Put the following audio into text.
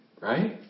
right